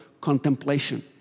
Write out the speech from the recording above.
contemplation